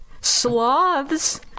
sloths